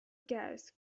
gas